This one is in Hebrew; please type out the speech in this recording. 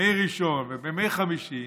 ובימי ראשון ובימי חמישי,